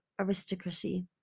aristocracy